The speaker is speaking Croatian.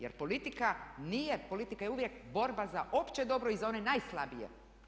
Jer politika nije, politika je uvijek borba za opće dobro i za one najslabije.